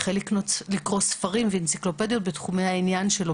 החל לקראו ספרים ואנציקלופדיות בתחום העניין שלו,